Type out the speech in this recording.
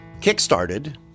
kickstarted